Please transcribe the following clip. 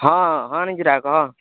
ହଁ ହଁ ନିକିତା କହ